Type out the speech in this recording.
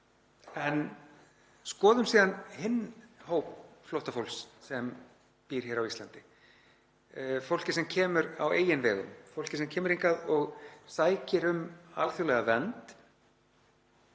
En skoðum síðan hinn hóp flóttafólks sem býr á Íslandi, fólkið sem kemur á eigin vegum, fólkið sem kemur hingað og sækir um alþjóðlega vernd.